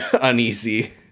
uneasy